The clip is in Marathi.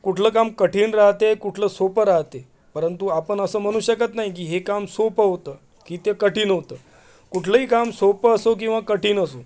कुठलं काम कठीण राहते कुठलं सोपं राहते परंतु आपण असं म्हणू शकत नाही की हे काम सोपं होतं की ते कठीण होतं कुठलंही काम सोपं असो किंवा कठीण असो